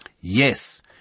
Yes